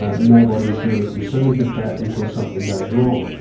ah nobody's really concerned with that until something goes wrong.